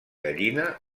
gallina